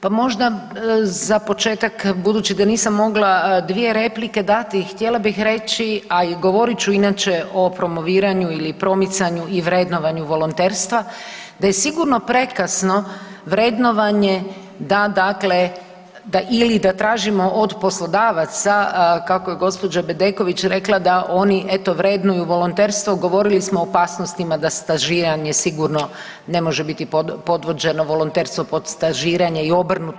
Pa možda za početak, budući da nisam mogla dvije replike dati, htjela bih reći, a i govorit ću inače o promoviranju ili promicanju i vrednovanju volonterstva da je sigurno prekasno vrednovanje, da, dakle, da ili da tražimo od poslodavaca, kako je gđa. Bedeković rekla, da oni eto, vrednuju volonterstvo, govorili smo o opasnostima da se stažiranje sigurno ne može biti podvođeno, volonterstvo pod stažiranje i obrnuto.